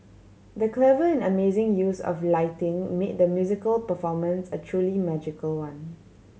the clever and amazing use of lighting made the musical performance a truly magical one